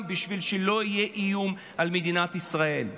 בשביל שלא יהיה איום על מדינת ישראל.